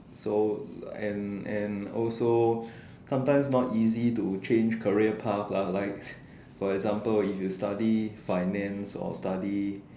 so and and also sometimes not easy to change career path lah like for example if you study finance or study